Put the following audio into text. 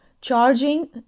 charging